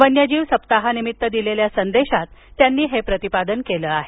वन्यजीव सप्ताहानिमित्त दिलेल्या संदेशात त्यांनी हे प्रतिपादन केलं आहे